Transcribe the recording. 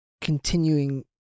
continuing